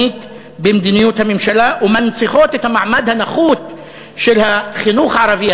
במדיניות הממשלה ומנציחות את המעמד הנחות של החינוך הערבי,